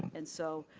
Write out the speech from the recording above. and so,